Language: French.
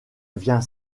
vient